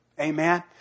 Amen